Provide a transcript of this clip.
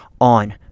on